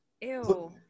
Ew